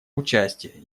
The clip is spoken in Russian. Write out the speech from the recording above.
участие